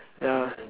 ya